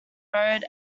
road